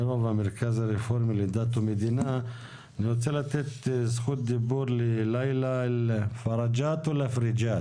אני רוצה לתת זכות דיבור ללילא אלפריגאת.